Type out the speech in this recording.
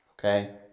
okay